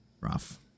Rough